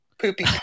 Poopy